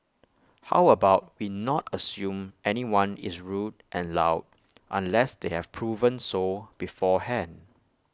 how about we not assume anyone is rude and loud unless they have proven so beforehand